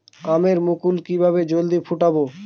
আমের মুকুল কিভাবে জলদি ফুটাব?